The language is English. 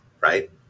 right